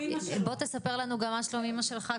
בוא תספר לנו גם מה שלום אמא שלך,